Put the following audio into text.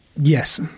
Yes